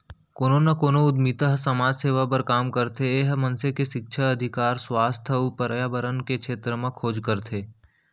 कोनो कोनो उद्यमिता ह समाज सेवा बर काम करथे ए ह मनसे के सिक्छा, अधिकार, सुवास्थ अउ परयाबरन के छेत्र म खोज करथे